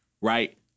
right